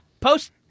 Post